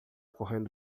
correndo